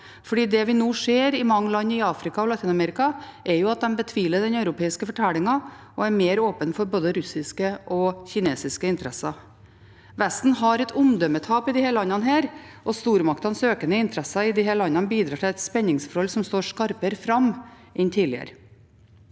for det vi nå ser i mange land i Afrika og Latin-Amerika, er jo at de betviler den europeiske fortellingen og er mer åpne for både russiske og kinesiske interesser. Vesten har et omdømmetap i disse landene, og stormaktenes økende interesser i dem bidrar til et spenningsforhold som står skarpere fram enn tidligere.